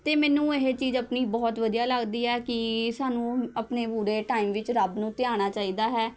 ਅਤੇ ਮੈਨੂੰ ਇਹ ਚੀਜ਼ ਆਪਣੀ ਬਹੁਤ ਵਧੀਆ ਲੱਗਦੀ ਹੈ ਕਿ ਸਾਨੂੰ ਆਪਣੇ ਬੁਰੇ ਟਾਈਮ ਵਿੱਚ ਰੱਬ ਨੂੰ ਧਿਆਉਣਾ ਚਾਹੀਦਾ ਹੈ